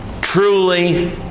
truly